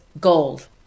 gold